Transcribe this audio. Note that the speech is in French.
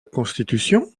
constitution